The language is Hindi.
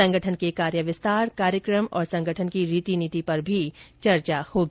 संगठन के कार्य विस्तार कार्यक्रम और संगठन की रीति नीति पर भी चर्चा होगी